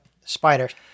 spiders